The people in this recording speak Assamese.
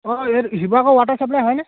অঁ এই শিৱসাগৰ ৱাটাৰ চাপ্লাই হয়নে